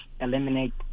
eliminate